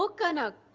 ah kanak.